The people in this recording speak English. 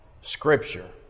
Scripture